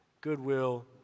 goodwill